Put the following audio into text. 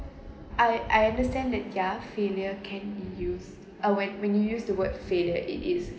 I I understand that their failure can use uh when when you use the word failure it is